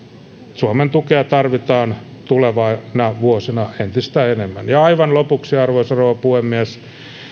suomen tukea tarvitaan tulevina vuosina entistä enemmän aivan lopuksi arvoisa rouva puhemies